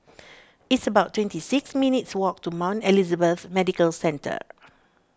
it's about twenty six minutes' walk to Mount Elizabeth Medical Centre